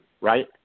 right